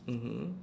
mmhmm